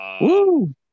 Woo